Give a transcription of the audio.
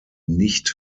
nicht